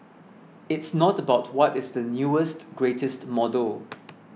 it's not about what is the newest greatest model